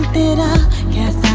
and